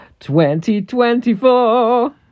2024